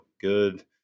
good